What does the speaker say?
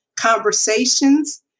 conversations